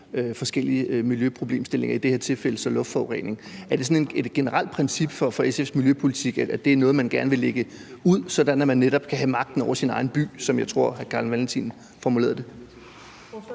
forskellige miljøproblemstillinger, i det her tilfælde luftforurening. Er det sådan et generelt princip for SF's miljøpolitik, at det er noget, man gerne vil lægge ud, sådan at folk netop kan have magten over deres egen by, som jeg tror hr. Carl Valentin formulerede det?